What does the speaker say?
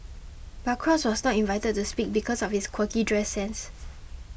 but cross was not invited to speak because of his quirky dress sense